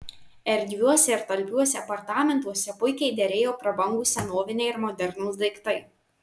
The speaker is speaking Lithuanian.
erdviuose ir talpiuose apartamentuose puikiai derėjo prabangūs senoviniai ir modernūs daiktai